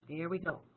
here we go.